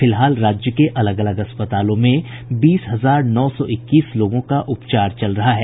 फिलहाल राज्य के अलग अलग अस्पतालों में बीस हजार नौ सौ इक्कीस लोगों का उपचार चल रहा है